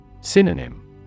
Synonym